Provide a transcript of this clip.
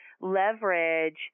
leverage